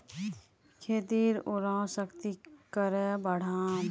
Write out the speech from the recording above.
खेतीर उर्वरा शक्ति की करे बढ़ाम?